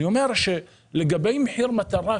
אני אומר שלגבי מחיר מטרה,